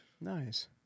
Nice